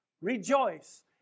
Rejoice